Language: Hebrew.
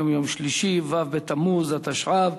היום יום שלישי, ו' בתמוז התשע"ב,